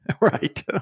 Right